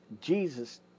Jesus